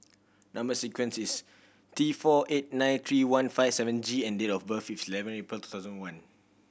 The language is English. number sequence is T four eight nine three one five seven G and date of birth is eleven April two thousand and one